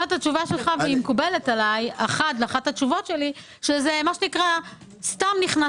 התשובה שלך מקובלת לאחת השאלות שלי שזה סתם נכנס